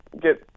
get